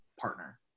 partner